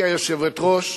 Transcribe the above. גברתי היושבת-ראש,